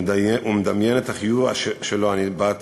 ומדמיין את החיוך שלו, הניבט